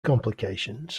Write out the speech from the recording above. complications